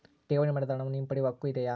ಠೇವಣಿ ಮಾಡಿದ ಹಣವನ್ನು ಹಿಂಪಡೆಯವ ಹಕ್ಕು ಇದೆಯಾ?